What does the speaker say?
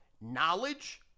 knowledge